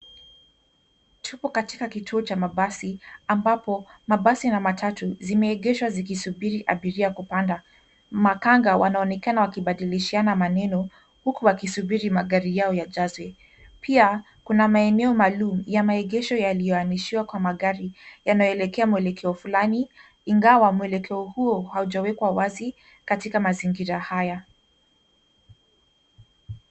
Tupo katika kituo cha mabasi, ambapo mabasi na matatu zimeegeshwa zikisubiri abiria kupanga. Makanga wanaonekana wakibadilishiana maneno huku wakisubiri magari yao yajaze. Pia kuna maeneo maalum ya maegesho yaliyoanishiwa kwa magari yanayoelekea mwelekeo fulani, ingawa mwelekeo huo haujawekwa wazi katika mazingira haya.